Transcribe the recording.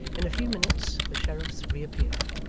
in a few minutes the sheriffs reappeared,